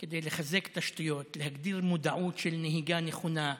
כדי לחזק תשתיות, להגביר מודעות לנהיגה נכונה,